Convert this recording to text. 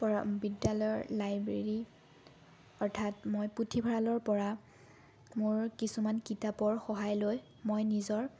পৰা বিদ্যালয়ৰ লাইব্ৰেৰী অৰ্থাত মই পুথিভঁৰালৰ পৰা মোৰ কিছুমান কিতাপৰ সহায় লৈ মই নিজৰ